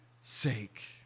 sake